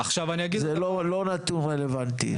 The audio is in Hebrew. זה לא נתון רלוונטי.